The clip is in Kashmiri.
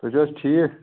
تُہۍ چھِو حظ ٹھیٖک